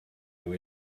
nhw